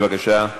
בבקשה.